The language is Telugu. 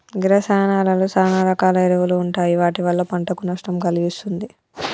గీ రసాయానాలలో సాన రకాల ఎరువులు ఉంటాయి వాటి వల్ల పంటకు నష్టం కలిగిస్తుంది